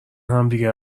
همدیگه